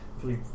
Please